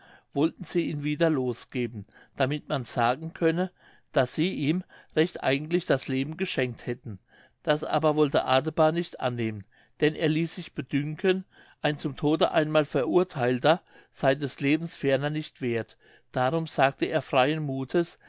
wollten sie ihn wieder losgeben damit man sagen könne daß sie ihm recht eigentlich das leben geschenkt hätten das aber wollte adebar nicht annehmen denn er ließ sich bedünken ein zum tode einmal verurtheilter sey des lebens ferner nicht werth darum sagte er freien muthes